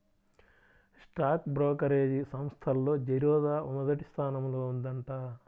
stock brokerage సంస్థల్లో జిరోదా మొదటి స్థానంలో ఉందంట